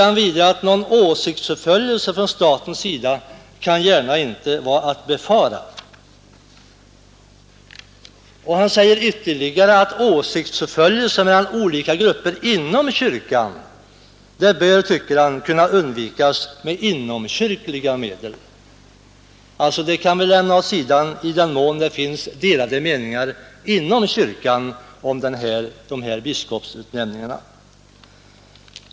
Han fortsätter: ”Någon åsiktsförföljelse från statens sida kan inte gärna vara att befara ———.” Han säger vidare att ”åsiktsförföljelser mellan olika grupper —-—-— inom kyrkan borde ——— kunna undvikas med inomkyrkliga medel”. I den mån det finns delade meningar inom kyrkan om dessa biskopsutnämningar kan vi alltså lämna dem åt sidan.